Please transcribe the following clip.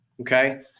Okay